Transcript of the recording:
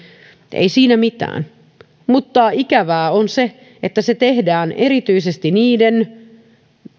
ei siinä mitään mutta ikävää on se että se tehdään ottaen erityisesti niiden